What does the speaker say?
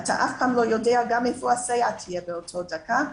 אתה אף פעם לא יודע איפה הסייעת תהיה באותה דקה,